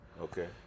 Okay